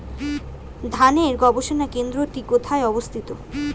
ধানের গবষণা কেন্দ্রটি কোথায় অবস্থিত?